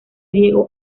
diego